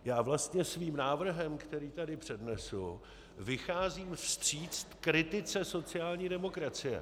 Já vlastně svým návrhem, který tady přednesu, vycházím vstříc kritice sociální demokracie.